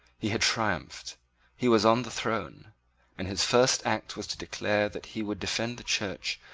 he had triumphed he was on the throne and his first act was to declare that he would defend the church,